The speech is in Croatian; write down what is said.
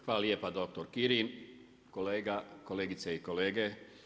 Hvala lijepa doktor Kirin, kolegice i kolege.